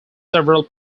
several